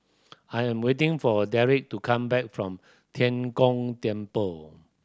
I'm waiting for Dereck to come back from Tian Kong Temple